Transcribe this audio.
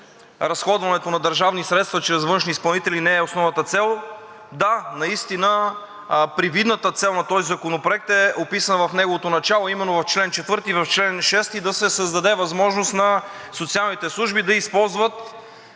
разходването на държавни средства чрез външни изпълнители не е основната цел. Да, наистина привидната цел на този законопроект е описана в неговото начало, а именно в чл. 4 и в чл. 6 – да се създаде възможност социалните служби да използват